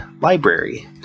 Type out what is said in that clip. library